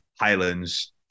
Highlands